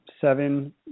seven